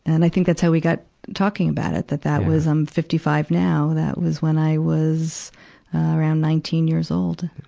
and i think that's how we got talking about, that that was i'm fifty five now that was when i was around nineteen years old.